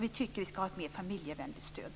Vi tycker att vi ska ha ett mer familjevänligt stöd.